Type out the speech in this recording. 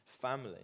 family